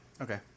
Okay